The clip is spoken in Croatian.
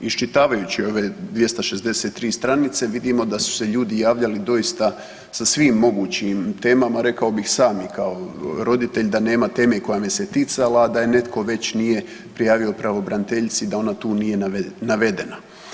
Iščitavajući ove 263 stanice vidimo da su se ljudi javljali doista sa svim mogućim temama rekao bih sami kao roditelji, da nema teme koja me ticala, a da je netko već nije prijavo pravobraniteljici, da ona tu nije navedena.